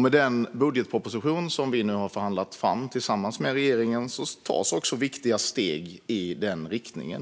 Med den budgetproposition som vi har förhandlat fram tillsammans med regeringen tas nu också viktiga steg i denna riktning.